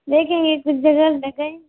देखेंगे फिर जुगाड़ लगाएंगे